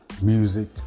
music